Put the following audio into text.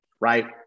right